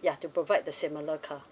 yeah to provide the similar car